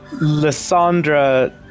Lysandra